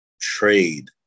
trade